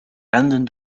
renden